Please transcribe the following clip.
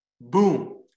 Boom